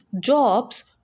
jobs